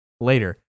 later